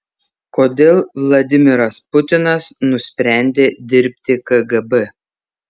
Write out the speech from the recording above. kodėl vladimiras putinas nusprendė dirbti kgb